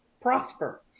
prosper